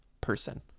person